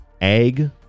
Egg